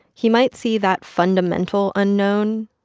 he might see that fundamental unknown,